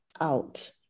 out